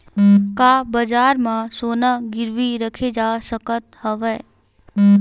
का बजार म सोना गिरवी रखे जा सकत हवय?